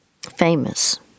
Famous